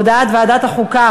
הודעת ועדת החוקה,